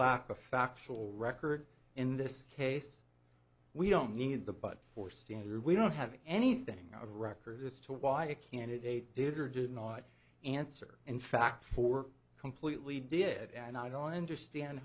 lack of factual record in this case we don't need the but for standard we don't have anything of record as to why a candidate did or did not answer in fact four completely did and i don't understand